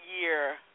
year